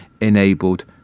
enabled